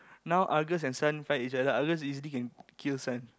now Argus and Sun fight each other Argus easily can kill Sun